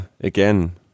again